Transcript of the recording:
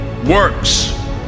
Works